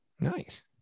nice